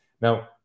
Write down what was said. now